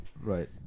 right